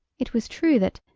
it was true that,